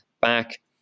back